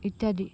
ইত্য়াদি